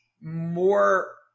more